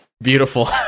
Beautiful